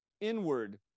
inward